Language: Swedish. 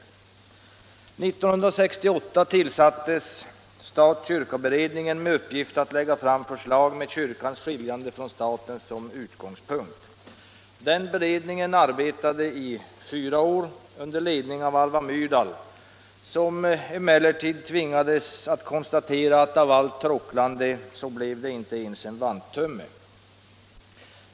År 1968 tillsattes stat-kyrka-beredningen med uppgift att lägga fram förslag med kyrkans skiljande från staten som utgångspunkt. Den beredningen arbetade i fyra år under ledning av Alva Myrdal, som emellertid tvingades konstatera att av allt tråcklande blev det inte ens en vanttumme.